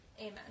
Amen